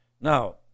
Now